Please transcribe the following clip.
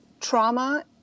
trauma